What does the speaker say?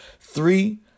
three